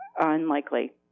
unlikely